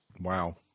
Wow